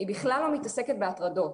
היא בכלל לא מתעסקת בהטרדות,